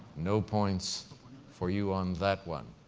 no points for you on that one.